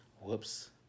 Whoops